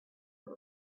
that